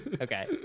Okay